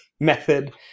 method